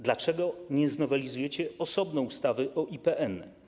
Dlaczego nie znowelizujecie osobno ustawy o IPN?